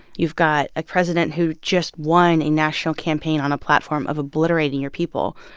you've got a president who just won a national campaign on a platform of obliterating your people,